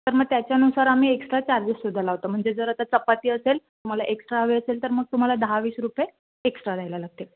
तर मग त्याच्यानुसार आम्ही एक्स्ट्रा चार्जेससुद्धा लावतो म्हणजे जर आता चपाती असेल तुम्हाला एक्स्ट्रा हवी असेल तर मग तुम्हाला दहा वीस रुपये एक्स्ट्रा द्यायला लागतील